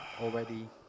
already